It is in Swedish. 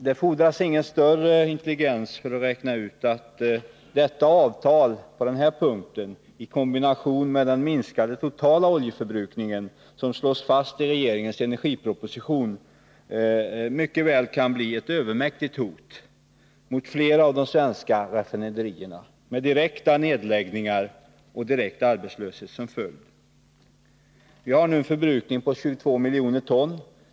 Det fordras ingen större intelligens för att räkna ut att detta avtal på den här punkten, i kombination med den minskade totala oljeförbrukning som slås fast i regeringens energiproposition, mycket väl kan bli ett övermäktigt hot mot flera av de svenska raffinaderierna med direkta nedläggningar och direkt arbetslöshet som följd. Vi har nu en förbrukning på 22 miljoner ton.